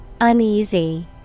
Uneasy